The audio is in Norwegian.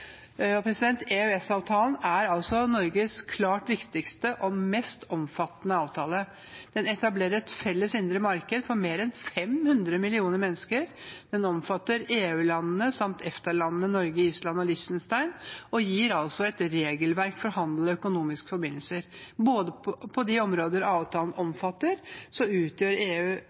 er altså Norges klart viktigste og mest omfattende avtale. Den etablerer et felles indre marked for mer enn 500 millioner mennesker. Den omfatter EU-landene samt EFTA-landene Norge, Island og Liechtenstein og gir et regelverk for handel og økonomiske forbindelser. På de områder avtalen omfatter, utgjør